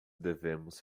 devemos